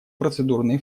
процедурные